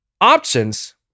options